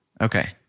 Okay